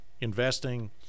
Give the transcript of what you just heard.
investing